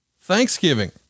Thanksgiving